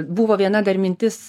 buvo viena dar mintis